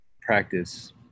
practice